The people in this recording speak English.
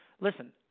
Listen